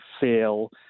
feel